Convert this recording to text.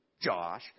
Josh